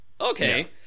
okay